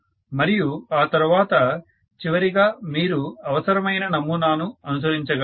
మరియు ఆ తరువాత చివరిగా మీరు అవసరమైన నమూనాను అనుసరించగలరు